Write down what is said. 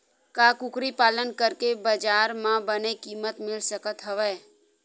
का कुकरी पालन करके बजार म बने किमत मिल सकत हवय?